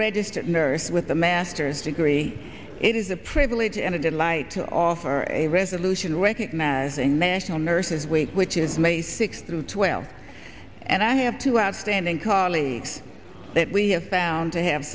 registered nurse with a master's degree it is a privilege and a delight to offer a resolution recognizing national nurses week which it may sixth twelve and i have two outstanding colleagues that we have found to have